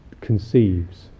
conceives